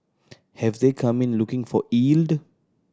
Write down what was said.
have they come in looking for yield